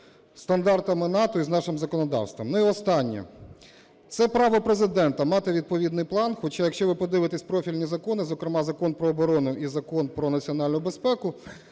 стандартами НАТО і з нашим законодавством. І, останнє, це право Президента мати відповідний план, хоча, якщо ви подивитесь профільні закони, зокрема Закон про оборону, і Закон про національну безпеку,